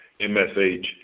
MSH